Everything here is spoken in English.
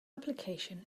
application